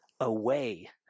away